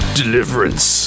deliverance